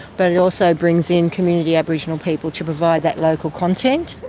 but it also brings in community aboriginal people to provide that local content.